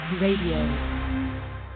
Radio